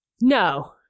No